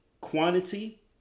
Quantity